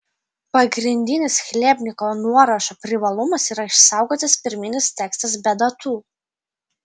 pagrindinis chlebnikovo nuorašo privalumas yra išsaugotas pirminis tekstas be datų